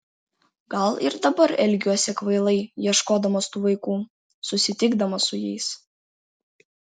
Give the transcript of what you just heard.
gal ir dabar elgiuosi kvailai ieškodamas tų vaikų susitikdamas su jais